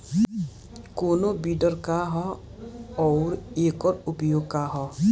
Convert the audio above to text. कोनो विडर का ह अउर एकर उपयोग का ह?